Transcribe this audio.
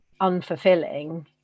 unfulfilling